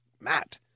Matt